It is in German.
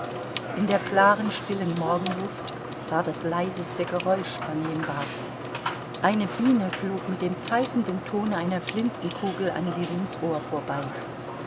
in der klaren stillen morgenluft war das leiseste geräusch vernehmbar eine biene flog mit dem pfeifenden tone einer flintenkugel an ljewins ohr vorbei